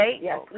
Yes